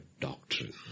doctrine